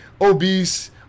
obese